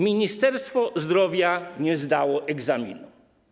Ministerstwo Zdrowia nie zdało egzaminu.